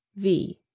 v.